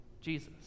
Jesus